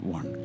One